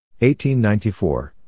1894